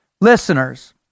Listeners